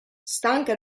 stanca